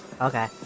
Okay